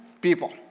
people